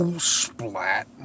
splat